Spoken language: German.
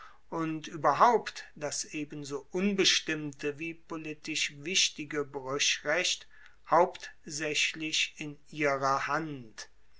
und ueberhaupt das ebenso unbestimmte wie politisch wichtige bruechrecht hauptsaechlich in ihrer hand